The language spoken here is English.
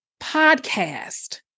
podcast